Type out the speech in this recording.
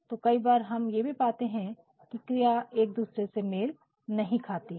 तो कई बार हम ये भी पाते है की क्रिया एक दूसरे से मेल नहीं खाती है